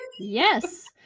Yes